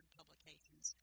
publications